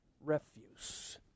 Refuse